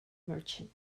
merchant